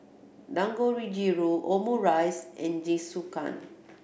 Dangojiru Omurice and Jingisukan